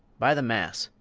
by the mass!